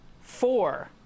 four